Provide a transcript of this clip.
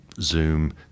Zoom